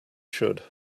should